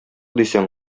дисәң